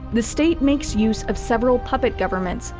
the state makes use of several puppet governments,